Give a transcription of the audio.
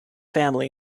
family